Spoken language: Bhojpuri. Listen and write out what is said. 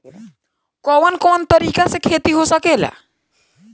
कवन कवन तरीका से खेती हो सकेला